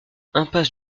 impasse